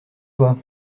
toi